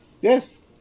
Yes